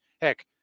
heck